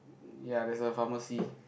ya there's a pharmacy